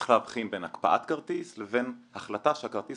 צריך להבחין בין הקפאת כרטיס לבין החלטה שהכרטיס